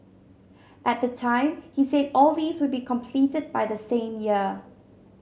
at the time he said all these would be completed by the same year